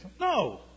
no